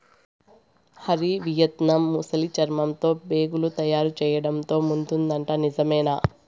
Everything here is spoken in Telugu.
హరి, వియత్నాం ముసలి చర్మంతో బేగులు తయారు చేయడంతో ముందుందట నిజమేనా